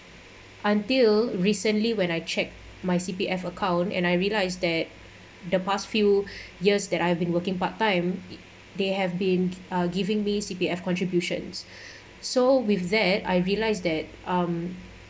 until recently when I check my C_P_F account and I realised that the past few years that I've been working part time they have been uh giving me C_P_F contributions so with that I realise that um